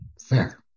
Fair